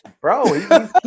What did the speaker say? Bro